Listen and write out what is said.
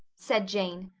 said jane.